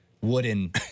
Wooden